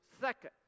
second